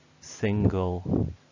single